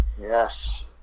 Yes